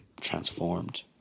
transformed